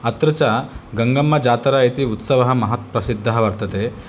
अत्र च गङ्गम्मजात्रा इति उत्सवः महत् प्रसिद्धः वर्तते